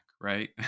right